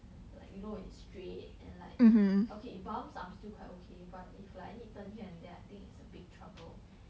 like you know it's straight and like okay bumps I'm still quite okay but if like I need turn here and there I think it's a bit trouble